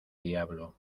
diablo